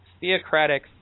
theocratic